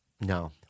No